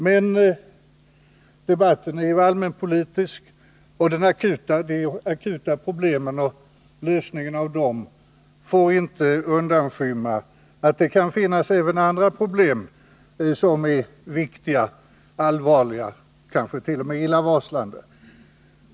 Men debatten är allmänpolitisk, och de akuta problemen och lösningarna på dem får inte undanskymma det faktum att det även kan finnas andra problem som är viktiga, allvarliga och kanske t.o.m. illavarslande.